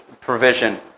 provision